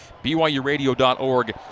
byuradio.org